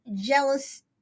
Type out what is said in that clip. jealous